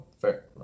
Fair